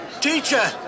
Teacher